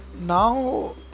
now